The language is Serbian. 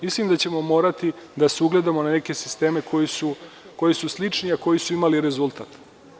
Mislim da ćemo morati da se ugledamo na neke sisteme koji su slični, a koji su imali rezultat.